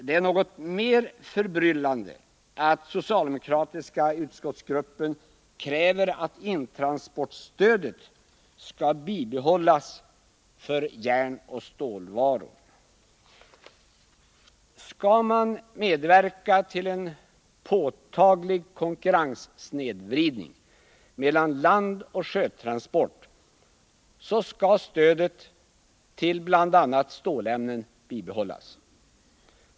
Det är något mer förbryllande att den socialdemokratiska utskottsgruppen kräver att intransportstödet skall bibehållas för järnoch stålvaror. Skall man medverka till en påtaglig konkurrenssnedvridning mellan landoch sjötransport, skall stödet till bl.a. stålämnen bibehållas.